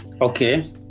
Okay